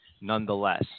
nonetheless